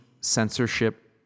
censorship